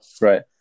Right